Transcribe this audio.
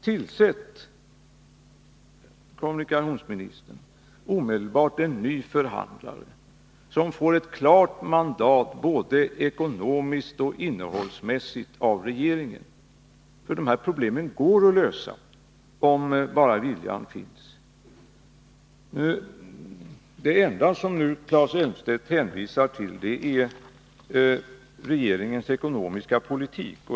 Tillsätt, kommunikationsministern, omedelbart en ny förhandlare som får ett klart mandat både ekonomiskt och innehållsmässigt av regeringen! Dessa problem går att lösa om bara viljan finns. Det enda som Claes Elmstedt nu hänvisar till är regeringens ekonomiska politik.